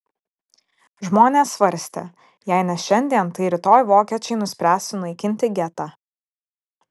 žmonės svarstė jei ne šiandien tai rytoj vokiečiai nuspręs sunaikinti getą